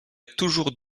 toujours